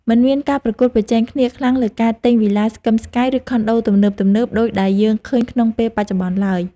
មិនមានការប្រកួតប្រជែងគ្នាខ្លាំងលើការទិញវីឡាស្កឹមស្កៃ ឬខុនដូទំនើបៗដូចដែលយើងឃើញក្នុងពេលបច្ចុប្បន្នឡើយ។